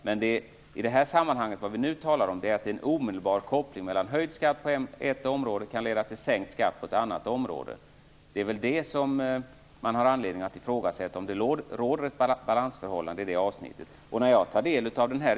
Men det samband som vi nu talar om är att en höjd skatt på ett område omedelbart kan leda till sänkt skatt på ett annat område. Man kan väl ha anledning att ifrågasätta om det råder ett balansförhållande i det avseendet.